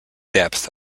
depth